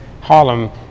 Harlem